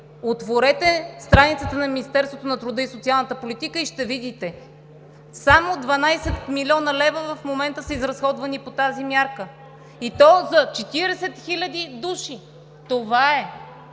Отворете страницата на Министерството на труда и социалната политика и ще видите – само 12 млн. лв. в момента са изразходвани по тази мярка, и то за 40 000 души! Това е!